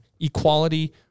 equality